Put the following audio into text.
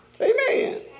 Amen